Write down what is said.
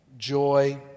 Joy